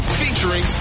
featuring